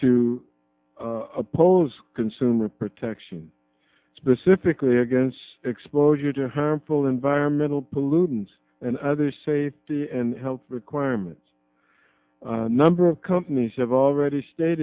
oppose consumer protection specifically against exposure to harmful environmental pollutants and other safety and health requirements a number of companies have already sta